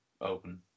open